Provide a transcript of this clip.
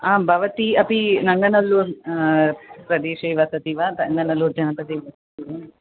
भवती अपि नङ्गनल्लूर् प्रदेशे वसति वा तन्ननल्लूर् जनपदे अस्ति वा